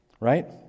right